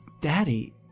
Daddy